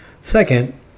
Second